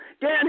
Dan